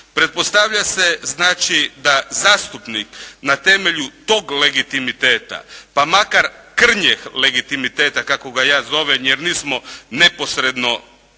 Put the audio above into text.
Pretpostavlja se znači da zastupnik na temelju tog legitimiteta, pa makar krnjeg legitimiteta, kako ga ja zovem, jer nismo neposredno